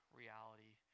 reality